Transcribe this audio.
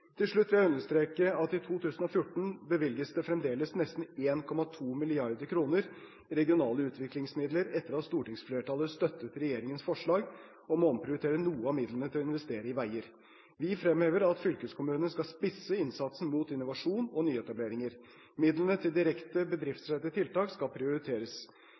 Til slutt vil jeg understreke at i 2014 bevilges det fremdeles nesten 1,2 mrd. kr i regionale utviklingsmidler, etter at stortingsflertallet støttet regjeringens forslag om å omprioritere noen av midlene til å investere i veier. Vi fremhever at fylkeskommunene skal spisse innsatsen mot innovasjon og nyetableringer. Midlene til direkte bedriftsrettede tiltak skal prioriteres.